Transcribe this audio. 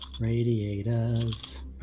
Radiators